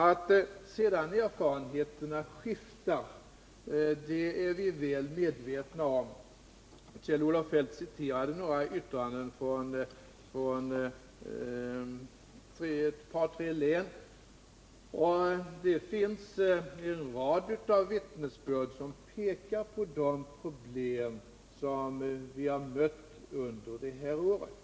Att erfarenheterna sedan skiftar är vi väl medvetna om. Kjell-Olof Feldt citerade några yttranden från ett par tre län. Det finns en rad vittnesbörd som pekar på de problem som vi har mött under det här året.